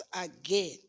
again